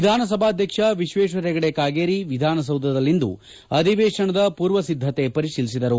ವಿಧಾನಸಭಾಧ್ವಕ್ಷ ವಿಶ್ವೇಶ್ವರ ಹೆಗಡೆ ಕಾಗೇರಿ ವಿಧಾನಸೌಧದಲ್ಲಿಂದು ಅಧಿವೇಶನದ ಪೂರ್ವ ಸಿದ್ಧತೆ ಪರಿಶೀಲಿಸಿದರು